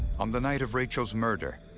on the night of rachel's murder,